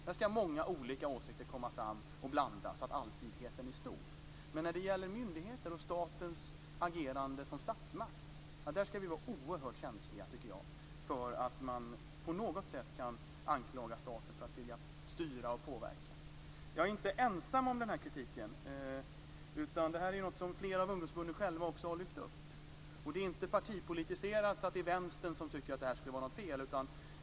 Där ska många olika åsikter komma fram och blandas så att allsidigheten blir stor. Men när det gäller myndigheter och statens agerande som statsmakt tycker jag att vi ska vara oerhört känsliga för att man på något sätt kan anklaga staten för att vilja styra och påverka. Jag är inte ensam om den här kritiken. Det här är någonting som flera av ungdomsförbunden själva har lyft fram. Det är inte heller partipolitiserat så att det är Vänstern som tycker att det är skulle vara fel.